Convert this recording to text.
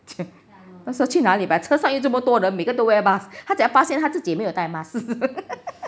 他说去哪里买车上又那么多人每个都 wear mask 他才发现他自己也没有带 mask